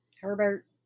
Herbert